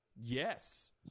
Yes